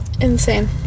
Insane